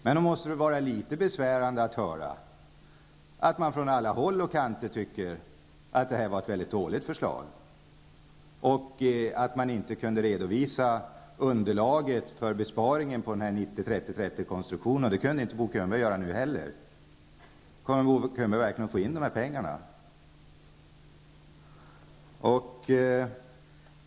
Det måste också vara besvärande att inte kunna redovisa underlaget för besparingen med 90--30--30-konstruktionen. Bo Könberg kunde inte göra det nu heller. Kommer ni verkligen att få in de här pengarna?